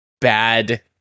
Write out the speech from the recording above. bad